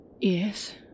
Yes